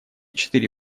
четыре